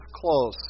close